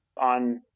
on